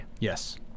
Yes